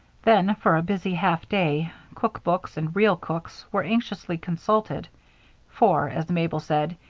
then, for a busy half-day, cook books and real cooks were anxiously consulted for, as mabel said,